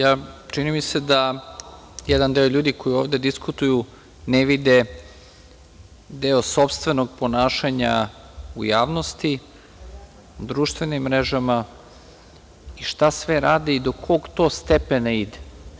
Pa, nažalost, čini mi se da jedan deo ljudi koji ovde diskutuju ne vide deo sopstvenog ponašanja u javnosti, društvenim mrežama i šta sve rade i do kog to stepena ide.